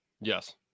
Yes